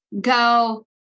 go